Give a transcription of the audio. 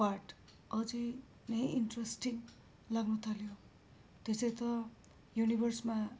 part अझै नै interesting लाग्न थाल्यो त्यसै त युनिभर्समा यस्ता